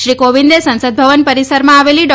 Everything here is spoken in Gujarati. શ્રી કોવિંદે સંસદ ભવન પરિસરમાં આવેલી ડૉ